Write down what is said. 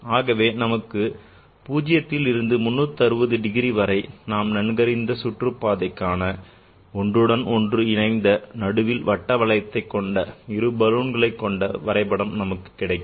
ஆகவே நமக்கு 0ல் இருந்து 360 டிகிரி வரை நாம் நன்கறிந்த d சுற்றுப்பாதைக்கான ஒன்றுடன் ஒன்று இணைந்த நடுவில் வட்ட வளையத்தை கொண்ட இரு பலூன்களை கொண்ட வரைபடம் நமக்கு கிடைக்கும்